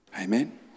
Amen